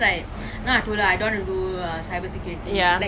I learnt I finish my basic course already